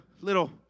little